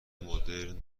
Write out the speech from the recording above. مدرن